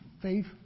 faith